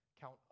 count